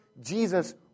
Jesus